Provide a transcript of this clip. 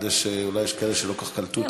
כי יש כאלה שלא כל כך קלטו את הבדיחה.